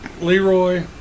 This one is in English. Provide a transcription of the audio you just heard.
Leroy